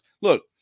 look